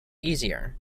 easier